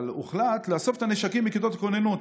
הוחלט לאסוף את הנשקים מכיתות כוננות.